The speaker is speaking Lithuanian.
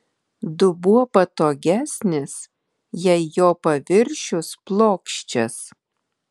dubuo patogesnis jei jo paviršius plokščias